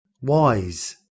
wise